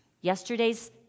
Yesterday's